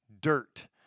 Dirt